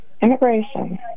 Immigration